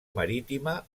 marítima